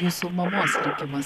jūsų mamos likimas